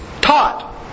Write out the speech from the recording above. taught